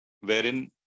wherein